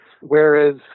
whereas